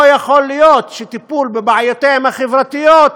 לא יכול להיות שהטיפול בבעיותיהם החברתיות